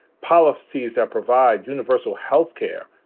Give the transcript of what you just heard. policies that provide universal health care,